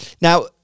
now